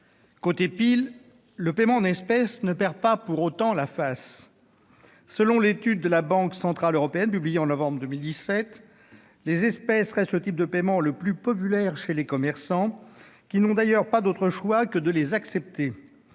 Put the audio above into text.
Côté pile, le paiement en espèce ne perd pas pour autant la face ! Selon l'étude de la Banque centrale européenne publiée en novembre 2017, les espèces restent le type de paiement le plus populaire chez les commerçants, qui n'ont, d'ailleurs, pas d'autres choix que de les accepter.